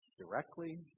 directly